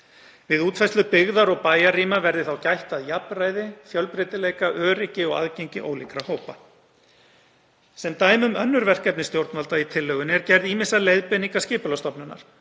Við útfærslu byggðar og bæjarrýma verði þá gætt að jafnræði, fjölbreytileika, öryggi og aðgengi ólíkra hópa. Sem dæmi um önnur verkefni stjórnvalda í tilllögunni er gerð ýmissa leiðbeininga Skipulagsstofnunar,